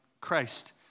Christ